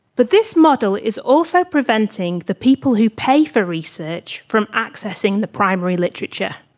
but this model is also preventing the people who pay for research from accessing the primary literature.